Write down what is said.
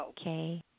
okay